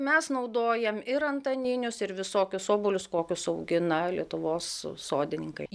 mes naudojam ir antaninius ir visokius obuolius kokius augina lietuvos sodininkai